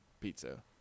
pizza